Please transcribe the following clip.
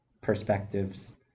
perspectives